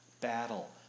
battle